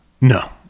No